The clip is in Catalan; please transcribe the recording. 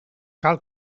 cal